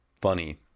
funny